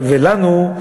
ולנו,